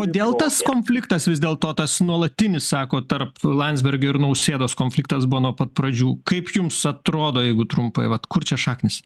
kodėl tas konfliktas vis dėl to tas nuolatinis sako tarp landsbergio ir nausėdos konfliktas buvo nuo pat pradžių kaip jums atrodo jeigu trumpai vat kur čia šaknys